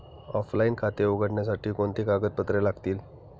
Offline खाते उघडण्यासाठी कोणती कागदपत्रे लागतील?